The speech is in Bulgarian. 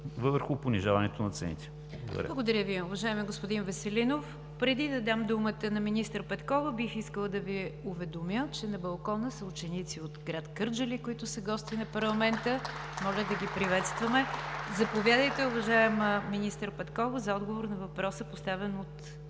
ПРЕДСЕДАТЕЛ НИГЯР ДЖАФЕР: Благодаря Ви, уважаеми господин Веселинов. Преди да дам думата на министър Петкова, бих искала да Ви уведомя, че на балкона са ученици от град Кърджали, които са гости на парламента. Моля да ги приветстваме. (Ръкопляскания.) Заповядайте, уважаема министър Петкова, за отговор на въпроса, поставен от